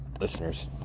listeners